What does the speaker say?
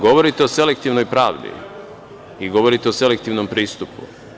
Govorite o slektivnoj pravdi i govorite o selektivnom pristupu.